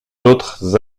autres